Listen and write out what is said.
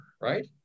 right